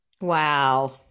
Wow